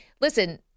listen